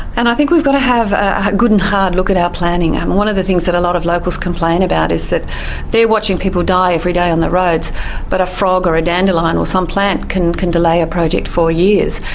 and i think we've got to have a good and hard look at our planning. and one of the things that a lot of locals complain about, is that they're watching people die every day on the roads but a frog or a dandelion or some plant can can delay a project for years.